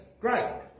great